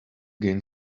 gain